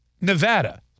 Nevada